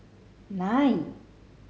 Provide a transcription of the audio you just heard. nine